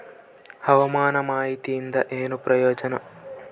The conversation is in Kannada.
ಹವಾಮಾನ ಮಾಹಿತಿಯಿಂದ ಏನು ಪ್ರಯೋಜನ?